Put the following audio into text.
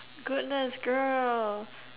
goodness girl